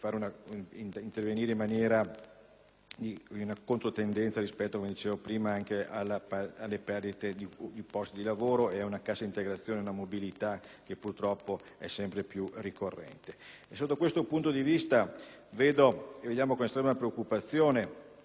in controtendenza, come dicevo prima, rispetto alle perdite di posti di lavoro e ad una cassa integrazione, una mobilità che è purtroppo sempre più ricorrente. Sotto questo punto di vista, valutiamo con estrema preoccupazione il fatto che